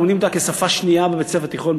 לומדים אותה כשפה שנייה בבית-ספר תיכון,